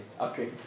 Okay